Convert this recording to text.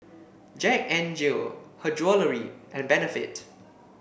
Jack N Jill Her Jewellery and Benefit